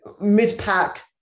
mid-pack